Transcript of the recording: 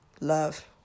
Love